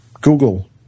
Google